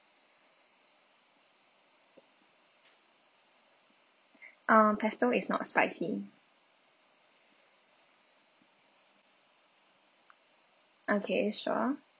uh pesto is not spicy okay sure